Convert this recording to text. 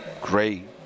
great